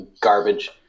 garbage